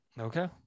Okay